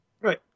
Right